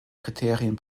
kriterien